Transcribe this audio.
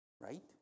Right